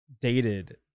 dated